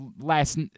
last